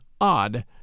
odd